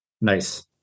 Nice